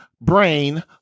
brain